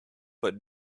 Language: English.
but